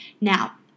now